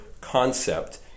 concept